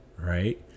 right